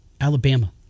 Alabama